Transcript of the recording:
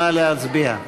נא להצביע.